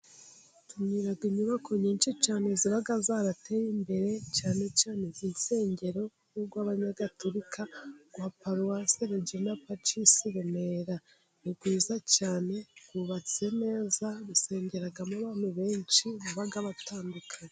Tugira inyubako nyinshi cyane ziba zarateye imbere ,cyane cyane iz'insengero nk'urw'Abanyagatulika nka paruwase rejinapacisi Remera, ni rwiza cyane rwubatse neza hasengeramo abantu b benshi baba batandukanye.